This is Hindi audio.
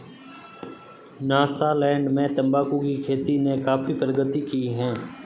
न्यासालैंड में तंबाकू की खेती ने काफी प्रगति की है